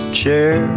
chair